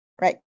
right